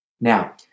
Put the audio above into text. Now